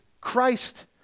Christ